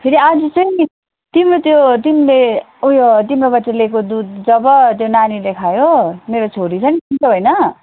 फेरि आज चाहिँ तिम्रो त्यो तिमीले उयो तिम्रोबाट लिएको दुध जब त्यो नानीले खायो मेरो छोरी छ नि चिन्छौ होइन